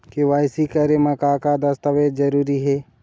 KYC करे म का का दस्तावेज जरूरी हे?